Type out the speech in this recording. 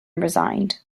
resigned